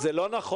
זה לא נכון.